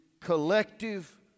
collective